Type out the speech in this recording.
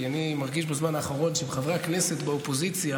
בזמן האחרון אני מרגיש שעם חברי הכנסת באופוזיציה